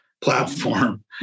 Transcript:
platform